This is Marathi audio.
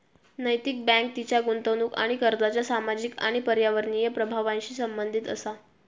नैतिक बँक तिच्या गुंतवणूक आणि कर्जाच्या सामाजिक आणि पर्यावरणीय प्रभावांशी संबंधित असा